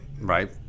right